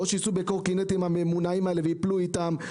או שהם ייסעו בקורקינטים הממונעים וייפלו איתם.